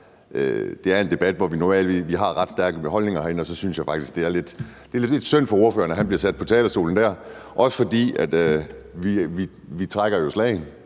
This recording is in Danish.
det er en debat, hvor vi har ret stærke holdninger herinde, og så synes jeg faktisk, det er lidt synd for ordføreren, at han bliver sat på talerstolen der, også fordi vi jo trækker slagene,